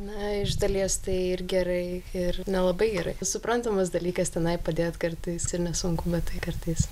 na iš dalies tai ir gerai ir nelabai gerai suprantamas dalykas tenai padėt kartais ir nesunku bet tai kartais